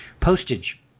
Postage